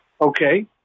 okay